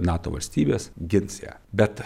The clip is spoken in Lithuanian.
nato valstybės gins ją bet